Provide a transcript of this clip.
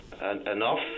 Enough